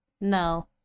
No